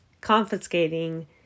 confiscating